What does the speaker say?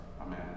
Amen